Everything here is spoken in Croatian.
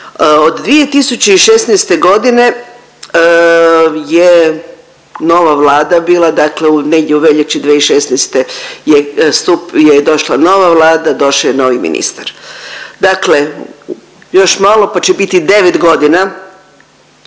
Od 2016. godine je nova vlada bila, dakle negdje u veljači 2016. je došla nova vlada, došao je novi ministar. Dakle, još malo pa će biti 9 godina